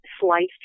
sliced